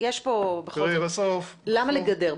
יש פה בכל זאת למה לגדר?